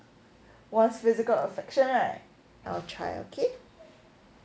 wants physical affection right I'll try okay